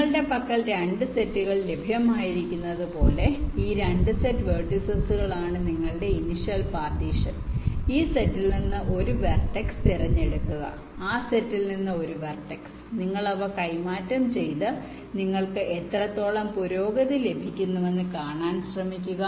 നിങ്ങളുടെ പക്കൽ 2 സെറ്റുകൾ ലഭ്യമായിരിക്കുന്നതുപോലെ 2 സെറ്റ് വെർട്ടീസുകൾ ആണ് നിങ്ങളുടെ ഇനിഷ്യൽ പാർട്ടീഷൻ ഈ സെറ്റിൽ നിന്ന് ഒരു വെർട്ടെക്സ് തിരഞ്ഞെടുക്കുക ആ സെറ്റിൽ നിന്ന് ഒരു വെർട്ടെക്സ് നിങ്ങൾ അവ കൈമാറ്റം ചെയ്ത് നിങ്ങൾക്ക് എത്രത്തോളം പുരോഗതി ലഭിക്കുന്നുവെന്ന് കാണാൻ ശ്രമിക്കുക